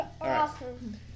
awesome